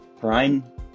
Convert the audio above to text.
Brian